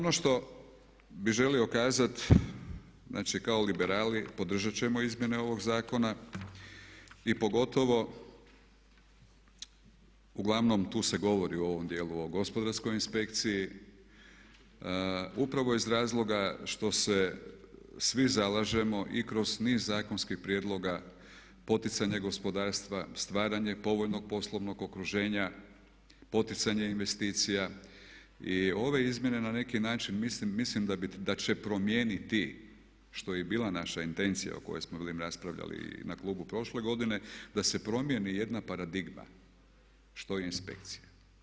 No, ono što bi želio kazati znači kao liberali podržat ćemo izmjene ovog zakona i pogotovo uglavnom tu se govori u ovom djelu o gospodarskoj inspekciji, upravo iz razloga što se svi zalažemo i kroz niz zakonskih prijedloga, poticanja gospodarstva, stvaranje povoljnog poslovnog okruženja, poticanje investicija i ove izmjene na neki način, mislim da će promijeniti što je i bila naša intencija o kojoj smo vidim raspravljali i na klubu prošle godine da se promijeni jedna paradigma što je inspekcija.